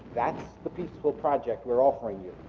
that's the peaceful project we're offering you.